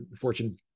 fortune